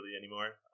anymore